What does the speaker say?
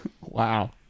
Wow